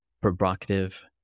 provocative